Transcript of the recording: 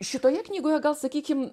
šitoje knygoje gal sakykim